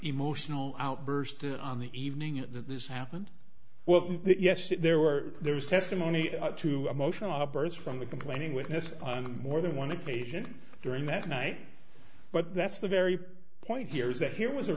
emotional outburst on the evening that this happened well yes there were there was testimony to emotional outbursts from the complaining witness on more than one occasion during that night but that's the very point here is that here was a